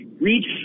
reach